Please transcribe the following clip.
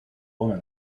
woman